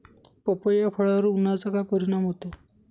पपई या फळावर उन्हाचा काय परिणाम होतो?